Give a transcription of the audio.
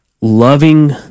loving